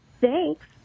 Thanks